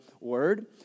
word